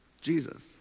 Jesus